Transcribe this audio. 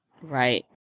Right